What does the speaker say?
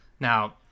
Now